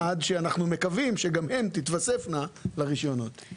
עד שגם הן תתווספנה לרישיונות.